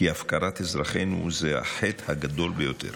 כי הפקרת אזרחנו היא החטא הגדול ביותר.